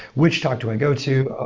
which talk do i go to?